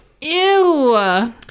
Ew